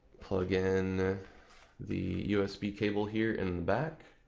plug in the usb cable here in the back